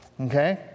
Okay